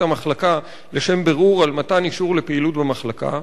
המחלקה לשם בירור על מתן אישור לפעילות במחלקה.